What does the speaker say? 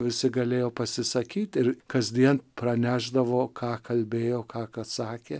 visi galėjo pasisakyti ir kasdien pranešdavo ką kalbėjo ką kad sakė